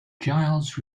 giles